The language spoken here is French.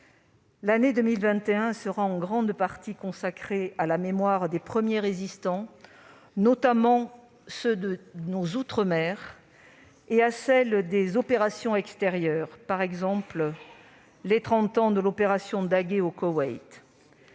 L'année 2021 sera, en grande partie, consacrée à la mémoire des premiers résistants, notamment ceux de nos outre-mer, et à celle des opérations extérieures, par exemple les trente ans de l'opération Daguet au Koweït.